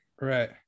Right